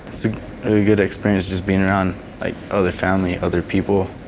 it's a good experience just being around like other family, other people